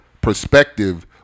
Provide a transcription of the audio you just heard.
perspective